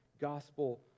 gospel